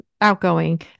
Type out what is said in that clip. outgoing